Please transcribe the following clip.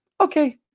Okay